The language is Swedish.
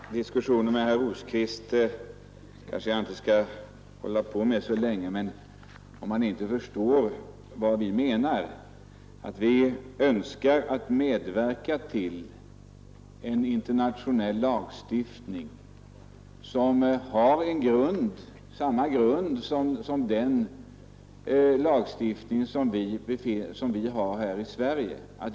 Herr talman! Diskussionen med herr Rosqvist kanske jag inte skall hålla på med så länge, men han tycks inte förstå vad vi menar. Vi önskar medverka till en internationell lagstiftning som har samma grund som den lagstiftning vi har här i Sverige.